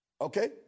Okay